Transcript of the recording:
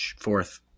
Fourth